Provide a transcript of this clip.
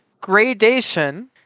Gradation